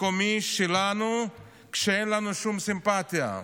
מקומי, שלנו, ואין לנו שום סימפתיה.